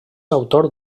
autor